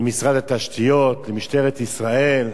למשרד התשתיות, למשטרת ישראל,